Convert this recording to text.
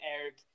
Eric